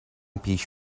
پیش